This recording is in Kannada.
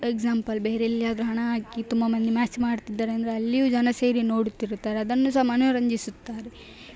ಎಕ್ಸಾಂಪಲ್ ಬೇರೆ ಎಲ್ಲಿಯಾದ್ರೂ ಹಣ ಹಾಕಿ ತುಂಬ ಮಂದಿ ಮ್ಯಾಚ್ ಮಾಡ್ತಿದ್ದಾರೆ ಅಂದರೆ ಅಲ್ಲಿಯೂ ಜನ ಸೇರಿ ನೋಡುತ್ತಿರುತ್ತಾರೆ ಅದನ್ನು ಸಹ ಮನೋರಂಜಿಸುತ್ತಾರೆ